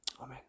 Amen